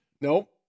Nope